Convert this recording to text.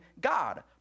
God